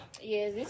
Yes